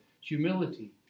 humility